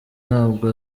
ntabwo